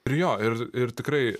ir jo ir ir tikrai